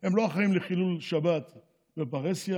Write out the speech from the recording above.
הם לא אחראים לחילול שבת בפרהסיה.